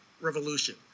revolution